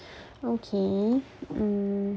okay mm